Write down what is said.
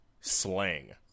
Slang